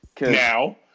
Now